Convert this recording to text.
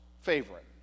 favorite